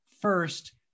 First